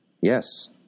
Yes